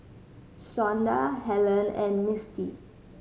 Shonda Hellen and Mistie